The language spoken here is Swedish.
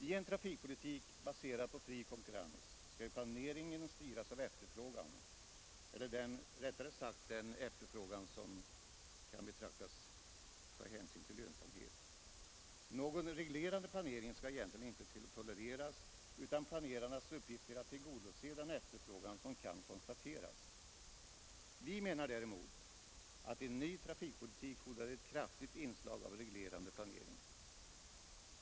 I en trafikpolitik baserad på fri konkurrens skall ju planeringen styras av efterfrågan — eller rättare sagt av den efterfrågan som kan anses vara lönsam. Någon reglerande planering skall egentligen inte tolereras, utan planerarnas uppgift är att tillgodose den efterfrågan som kan konstateras. Vi menar däremot att en ny trafikpolitik fordrar ett kraftigt inslag av reglerande planering.